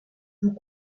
vous